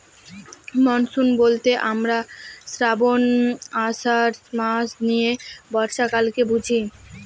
monsoon বলতে আমরা শ্রাবন, আষাঢ় মাস নিয়ে বর্ষাকালকে বুঝি